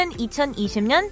2020년